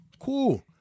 Cool